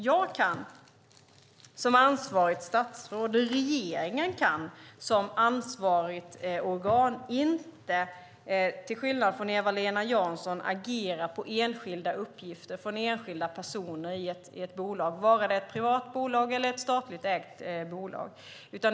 Jag kan inte som ansvarigt statsråd - och regeringen kan inte som ansvarigt organ - till skillnad från Eva-Lena Jansson, agera på enskilda uppgifter från enskilda personer i ett bolag, det må vara ett privat bolag eller ett statligt ägt bolag.